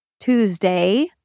Tuesday